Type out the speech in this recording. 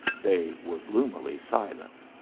they were gloomily silent.